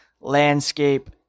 landscape